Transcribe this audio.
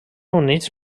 units